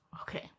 Okay